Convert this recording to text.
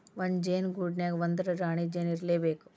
ಒಂದ ಜೇನ ಗೂಡಿನ್ಯಾಗ ಒಂದರ ರಾಣಿ ಜೇನ ಇರಲೇಬೇಕ